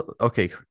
okay